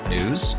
News